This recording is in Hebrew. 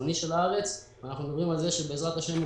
הצפוני של הארץ ואנחנו מדברים על כך שבעזרת השם הוא